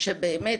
שבאמת,